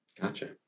Gotcha